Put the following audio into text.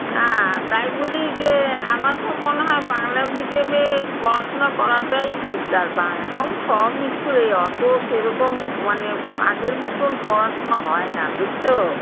না তাই বলি যে আমার তো মনে হয় বাংলা মিডিয়ামে পড়াশুনা করাটাই বেটার বাং এখন সব স্কুলেই অতো সেই রকম মানে আগের মতোন পড়াশুনা হয় না বুঝছো